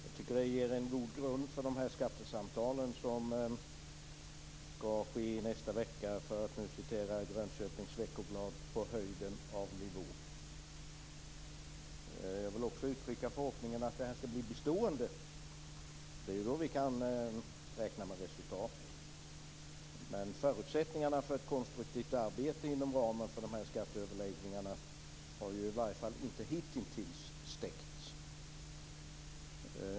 Jag tycker att det ger en god grund för de här skattesamtalen som skall ske i nästa vecka på, för att citera Grönköpings veckoblad, "höjden av nivå". Jag vill också uttrycka förhoppningen att det här skall bli bestående. Det är ju då vi kan räkna med resultat. Men förutsättningarna för ett konstruktivt arbete inom ramen för de här skatteöverläggningarna har ju i varje fall inte hittills stäckts.